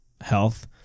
health